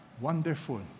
wonderful